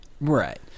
Right